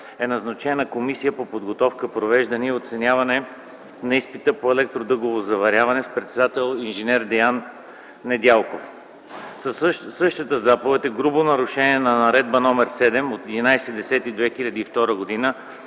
е назначена комисия по подготовка, провеждане и оценяване на изпита по електро-дъгово заваряване с председател инж. Деян Недялков. Същата заповед е грубо нарушение на Наредба № 7 от 11 октомври